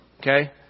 okay